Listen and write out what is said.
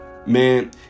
Man